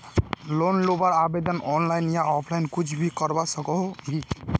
Loan लुबार आवेदन online या ऑफलाइन कुछ भी करवा सकोहो ही?